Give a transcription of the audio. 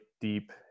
deep